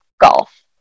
golf